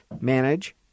manage